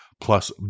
plus